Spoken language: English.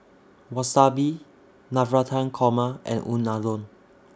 Wasabi Navratan Korma and Unadon